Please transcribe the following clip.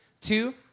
Two